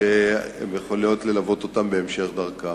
שיכולות ללוות אותם בהמשך דרכם.